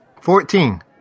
Fourteen